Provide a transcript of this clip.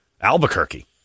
Albuquerque